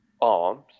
ARMS